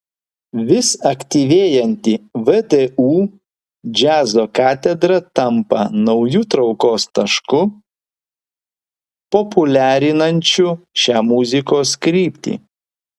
vis aktyvėjanti vdu džiazo katedra tampa nauju traukos tašku populiarinančiu šią muzikos kryptį